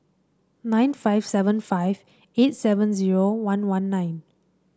nine five seven five eight seven zero one one nine